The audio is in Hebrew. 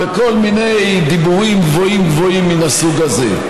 וכל מיני דיבורים גבוהים גבוהים מהסוג הזה.